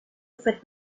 fet